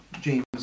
James